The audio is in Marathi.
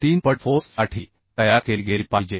3 पट फोर्स साठी तयार केली गेली पाहिजे